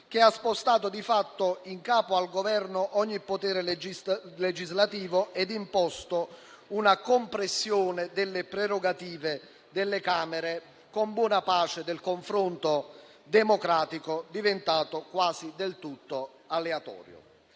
che ha spostato di fatto in capo al Governo ogni potere legislativo ed imposto una compressione delle prerogative delle Camere con buona pace del confronto democratico, diventato quasi del tutto aleatorio;